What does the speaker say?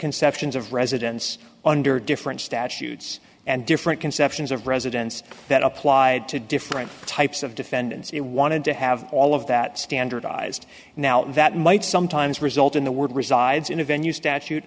conceptions of residence under different statutes and different conceptions of residence that applied to different types of defendants you wanted to have all of that standardized now that might sometimes result in the word resides in a venue statute